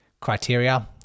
criteria